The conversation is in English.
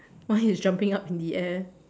one is jumping up in the air